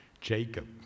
Jacob